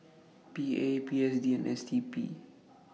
P A P S D and S D P